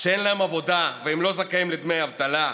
כשאין להם עבודה והם לא זכאים לדמי אבטלה,